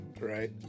right